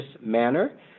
manner